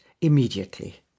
immediately